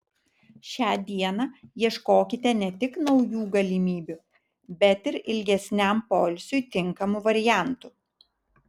šią dieną ieškokite ne tik naujų galimybių bet ir ilgesniam poilsiui tinkamų variantų